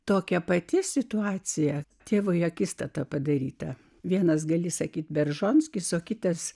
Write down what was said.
tokia pati situacija tėvai akistata padaryta vienas gali sakyti beržanskis o kitas